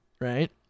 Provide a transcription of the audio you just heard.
right